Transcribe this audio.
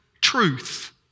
truth